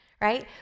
right